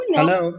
Hello